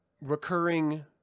recurring